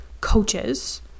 coaches